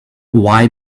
why